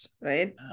right